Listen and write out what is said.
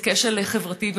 זה כשל חברתי,